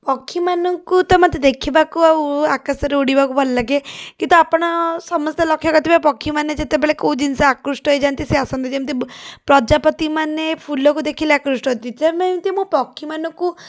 ପକ୍ଷୀମାନଙ୍କୁ ତ ମୋତେ ଦେଖିବାକୁ ଆଉ ଆକାଶରେ ଉଡ଼ିବାକୁ ମୋତେ ଭଲଲାଗେ କିନ୍ତୁ ଆପଣ ସମସ୍ତେ ଲକ୍ଷ୍ୟ କରିଥିବେ ପକ୍ଷୀମାନେ ଯେତେବେଳେ କେଉଁ ଜିନଷ ଆକୃଷ୍ଟ ହେଇଯାନ୍ତି ସେମାନେ ଆସନ୍ତି ଯେମିତି ପ୍ରଜାପତିମାନେ ଫୁଲକୁ ଦେଖିଲେ ଆକୃଷ୍ଟ ହୁଅନ୍ତି ଯେମିତି ମୁଁ ପକ୍ଷୀମାନଙ୍କୁ